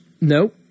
No